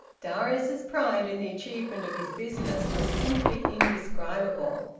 darius's pride in the achievement of his business was simply indescribable.